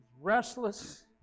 Restless